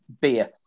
beer